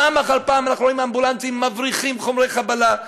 פעם אחר פעם אנחנו רואים אמבולנסים מבריחים חומרי חבלה,